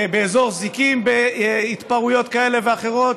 באזור זיקים, בהתפרעויות כאלה ואחרות.